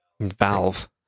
Valve